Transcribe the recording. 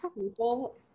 people